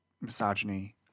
misogyny